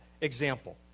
example